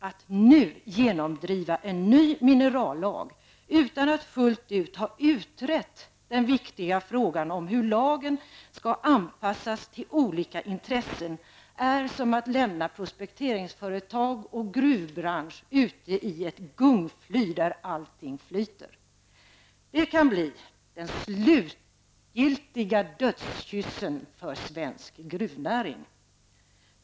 Att nu genomdriva en ny minerallag, utan att fullt ut ha utrett den viktiga frågan om hur lagen skall anpassas till olika intressen, är som att lämna prospekteringsföretag och gruvbransch ute i ett gungfly där allting flyter. Det kan bli den slutgiltiga dödskyssen för svensk gruvnäring.